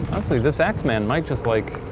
honestly, this axeman might just like,